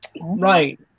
right